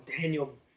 Daniel